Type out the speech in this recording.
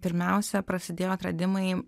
pirmiausia prasidėjo atradimai